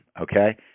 Okay